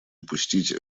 упустить